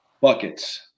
buckets